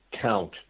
count